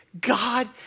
God